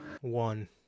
One